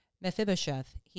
Mephibosheth